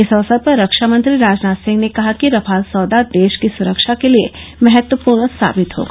इस अवसर पर रक्षामंत्री राजनाथ सिंह ने कहा कि रफाल सौदा देश की सुरक्षा के लिए महत्वपूर्ण साबित होगा